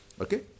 Okay